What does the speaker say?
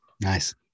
Nice